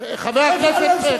עד כאן.